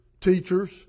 teachers